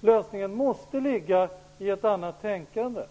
Lösningen måste ligga i ett annat tänkande,